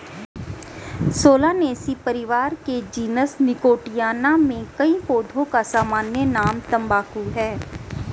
Solanaceae परिवार के genus Nicotiana में कई पौधों का सामान्य नाम तंबाकू है